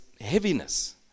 heaviness